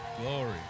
Glory